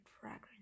fragrance